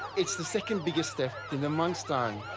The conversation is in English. it's the second biggest theft in a month's time.